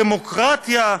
דמוקרטיה,